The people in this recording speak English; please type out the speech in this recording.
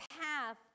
path